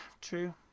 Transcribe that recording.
true